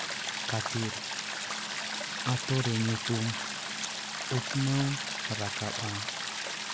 ᱠᱷᱟᱹᱛᱤᱨ ᱟᱛᱳᱨᱮ ᱧᱩᱛᱩᱢ ᱩᱛᱱᱟᱹᱣ ᱨᱟᱠᱟᱵᱼᱟ